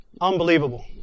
Unbelievable